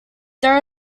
there